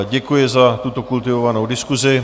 Děkuji za tuto kultivovanou diskusi.